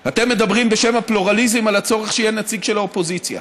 אתם מדברים בשם הפלורליזם על הצורך שיהיה נציג של האופוזיציה,